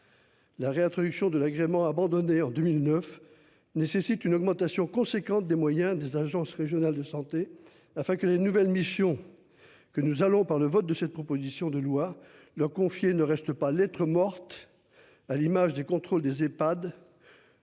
La réintroduction de l'agrément abandonné en 2009 nécessite une augmentation conséquente des moyens des agences régionales de santé afin que les nouvelles missions. Que nous allons par le vote de cette proposition de loi leur confier ne restent pas lettre morte. À l'image des contrôles des Ehpads.